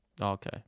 Okay